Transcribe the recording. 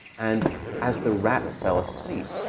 and as the rat fell asleep,